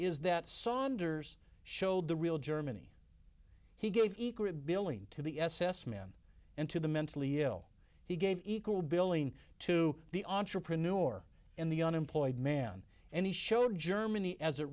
saunders showed the real germany he gave equal billing to the s s men and to the mentally ill he gave equal billing to the entrepreneur and the unemployed man and he showed germany as it